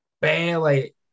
barely